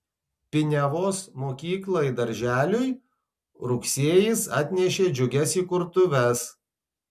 piniavos mokyklai darželiui rugsėjis atnešė džiugias įkurtuves